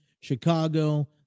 Chicago